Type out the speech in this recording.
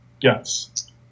Yes